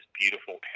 beautiful